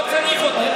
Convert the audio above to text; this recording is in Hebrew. לא צריך אותה.